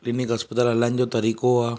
clinic अस्पताल हलाइणु जो तरीक़ो आहे